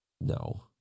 No